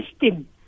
system